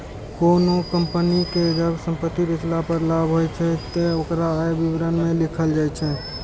कोनों कंपनी कें जब संपत्ति बेचला पर लाभ होइ छै, ते ओकरा आय विवरण मे लिखल जाइ छै